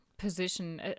position